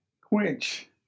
quench